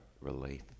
relief